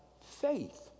Faith